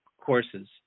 courses